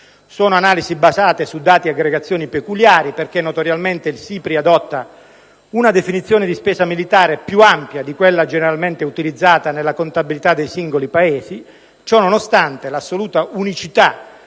Sono analisi basate su dati e aggregazioni peculiari, perché notoriamente il SIPRI adotta una definizione di spesa militare più ampia di quella generalmente utilizzata nella contabilità dei singoli Paesi. Ciononostante, l'assoluta unicità